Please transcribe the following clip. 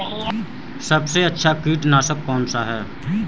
सबसे अच्छा कीटनाशक कौनसा है?